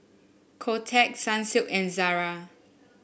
Kotex Sunsilk and Zara